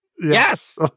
Yes